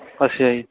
ਅੱਛਾ ਜੀ